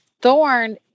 thorn